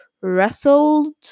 wrestled